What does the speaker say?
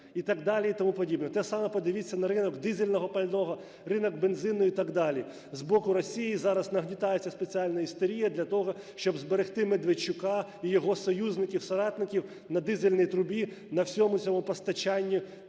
Те саме, подивіться на ринок дизельного пального, ринок бензину і так далі. З боку Росії зараз нагнітається спеціальна істерія для того, щоб зберегти Медведчука і його союзників, соратників на дизельній трубі, на всьому цьому постачанні